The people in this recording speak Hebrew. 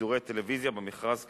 לשידורי טלוויזיה במכרז כאמור.